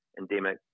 endemic